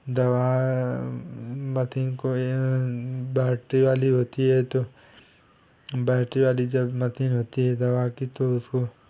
दवा मशीन कोई बैटरी वाली होती है तो बैटरी वाली जो मशीन होती है दवा की तो उसको